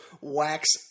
wax